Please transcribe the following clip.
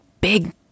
big